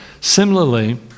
Similarly